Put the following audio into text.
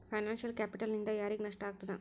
Financial ಕ್ಯಾಪಿಟಲ್ನಿಂದಾ ಯಾರಿಗ್ ನಷ್ಟ ಆಗ್ತದ?